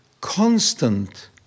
constant